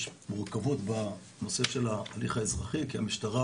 יש מורכבות בנושא של ההליך האזרחי כי המשטרה